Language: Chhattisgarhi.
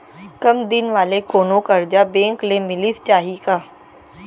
कम दिन वाले कोनो करजा बैंक ले मिलिस जाही का?